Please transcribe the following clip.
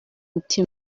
mutima